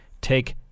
Take